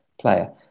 player